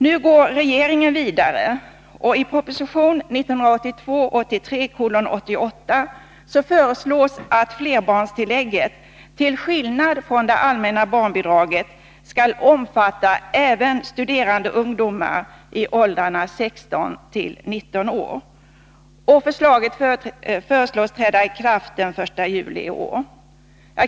Nu går regeringen vidare, och i proposition 1982/83: 88 föreslås att flerbarnstillägget— till skillnad från det allmänna barnbidraget - skall omfatta även studerande ungdomar i åldern 16-19 år. Förslaget föreslås träda i kraft den 1 juli i år.